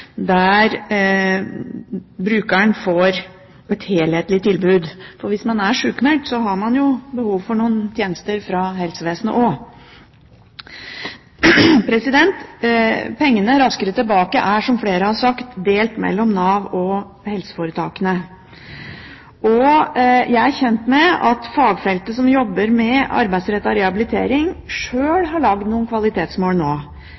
der brukeren får et helhetlig tilbud. For hvis man er sykmeldt, har man jo behov for noen tjenester fra helsevesenet også. Raskere tilbake-pengene er, som flere har sagt, delt mellom Nav og helseforetakene. Jeg er kjent med at fagfeltet som jobber med arbeidsrettet rehabilitering, nå